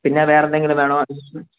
പിന്നെ വേറെ എന്തെങ്കിലും വേണോ